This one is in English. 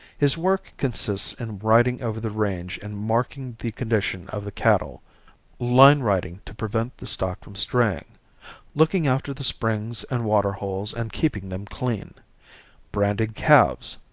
his work consists in riding over the range and marking the condition of the cattle line riding to prevent the stock from straying looking after the springs and water holes and keeping them clean branding calves,